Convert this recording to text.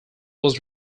was